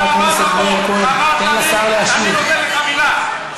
אתה אמרת: אני נותן לך מילה.